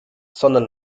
sondern